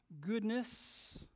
goodness